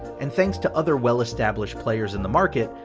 and thanks to other well established players in the market,